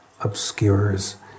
obscures